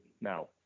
now